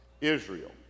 Israel